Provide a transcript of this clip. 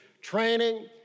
training